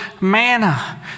manna